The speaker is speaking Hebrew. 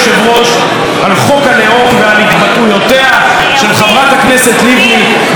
על חוק הלאום ועל התבטאויותיה של חברת הכנסת לבני בעניין חוק הלאום: